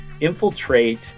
infiltrate